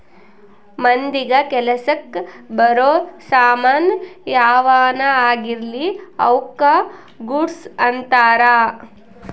ಮಂದಿಗ ಕೆಲಸಕ್ ಬರೋ ಸಾಮನ್ ಯಾವನ ಆಗಿರ್ಲಿ ಅವುಕ ಗೂಡ್ಸ್ ಅಂತಾರ